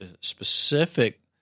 specific